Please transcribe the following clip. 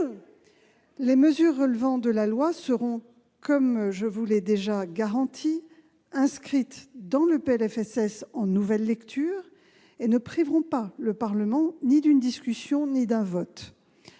Les mesures relevant de la loi seront, comme je vous l'ai déjà garanti, inscrites dans le PLFSS en nouvelle lecture, ce qui ne privera le Parlement ni d'une discussion ni d'un vote.